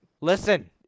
Listen